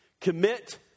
Commit